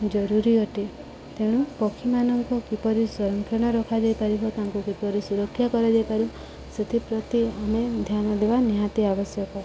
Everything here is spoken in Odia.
ଜରୁରୀ ଅଟେ ତେଣୁ ପକ୍ଷୀମାନଙ୍କୁ କିପରି ସଂରକ୍ଷଣ ରଖାଯାଇପାରିବ ତାଙ୍କୁ କିପରି ସୁରକ୍ଷା କରାଯାଇପାରିବ ସେଥିପ୍ରତି ଆମେ ଧ୍ୟାନ ଦେବା ନିହାତି ଆବଶ୍ୟକ